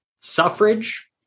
Suffrage